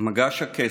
"מגש הכסף",